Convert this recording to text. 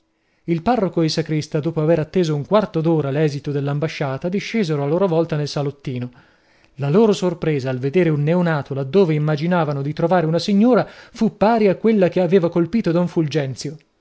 il parroco ed il sacrista dopo aver atteso un quarto d'ora l'esito dell'ambasciata discesero a loro volta nel salottino la loro sorpresa al vedere un neonato laddove immaginavano di trovare una signora fu pari a quella che aveva colpito don fulgenzio